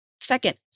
Second